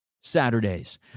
Saturdays